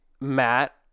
Matt